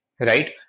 right